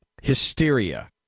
hysteria